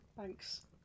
Thanks